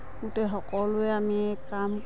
গোটেই সকলোৱে আমি কাম কৰোঁ